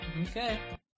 Okay